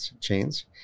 chains